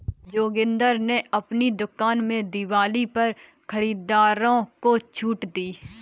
जोगिंदर ने अपनी दुकान में दिवाली पर खरीदारी में छूट दी